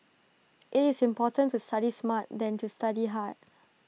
IT is more important to study smart than to study hard